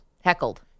Heckled